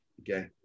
Okay